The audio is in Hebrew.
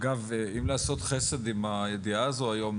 אגב אם לעשות חסד עם הידיעה הזאת היום,